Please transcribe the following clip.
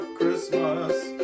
Christmas